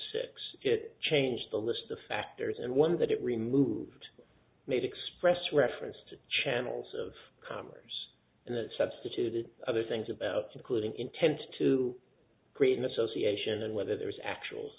six it changed the list of factors and one that it removed made express reference to channels of commers and it substituted other things about to include an intent to create an association and whether it was actual